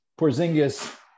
Porzingis